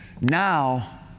Now